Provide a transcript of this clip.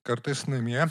kartais namie